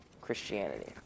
Christianity